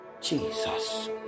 Jesus